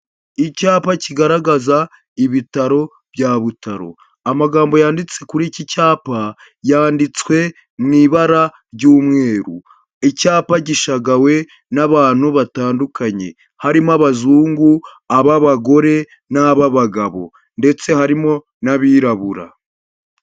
Icyapa kigaragaza ibitaro bya Butaro, amagambo yanditse kuri iki cyapa yanditswe mu ibara ry'umweru, icyapa gishagawe n'abantu batandukanye, harimo abazungu ab'abagore n'ab'abagabo ndetse harimo n'abirabura.